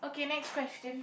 okay next question